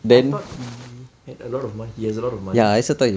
I thought he had a lot of money he has a lot of money